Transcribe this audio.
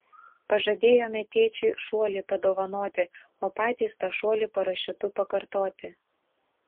pažadėjome tėčiui šuolį padovanoti o patys tą šuolį parašiutu pakartoti